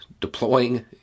deploying